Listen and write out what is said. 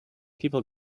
people